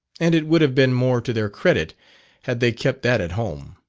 and it would have been more to their credit had they kept that at home.